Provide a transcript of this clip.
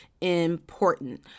important